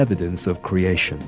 evidence of creation